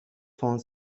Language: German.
von